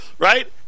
Right